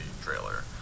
trailer